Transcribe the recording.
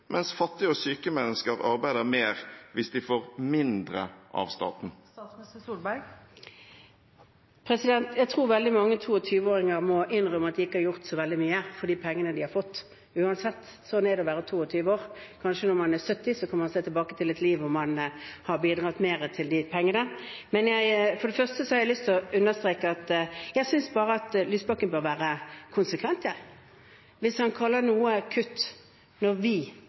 mens fattige og syke mennesker arbeider mer hvis de får mindre av staten? Jeg tror veldig mange 22-åringer må innrømme at de ikke har gjort så veldig mye for de pengene de har fått. Uansett – sånn er det å være 22 år. Kanskje når man er 70 år, kan man se tilbake på et liv hvor man har bidratt mer til de pengene. Men for det første har jeg lyst til å understreke at jeg synes Lysbakken bør være konsekvent. Hvis han kaller noe kutt når vi